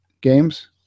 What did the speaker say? games